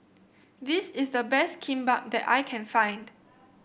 this is the best Kimbap that I can find